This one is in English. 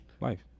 Life